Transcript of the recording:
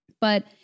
but-